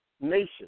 nation